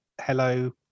hello